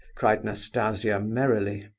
cried nastasia merrily.